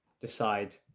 decide